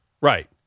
Right